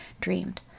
dreamed